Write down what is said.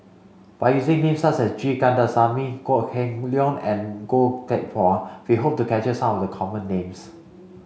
by using names such as G Kandasamy Kok Heng Leun and Goh Teck Phuan we hope to capture some of the common names